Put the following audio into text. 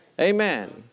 Amen